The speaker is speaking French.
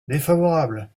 défavorable